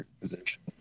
position